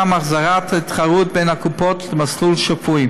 החזרת התחרות בין הקופות למסלול שפוי.